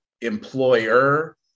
employer